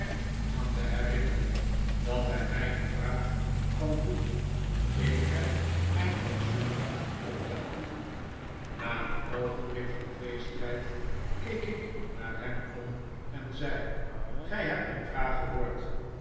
aan te herinneren dat hij mij een vraag kan doen ik heb mijn fatsoen op te houden na een oogenblik van tweestrijd keek ik naar hem om en zei gij hebt mijn vraag gehoord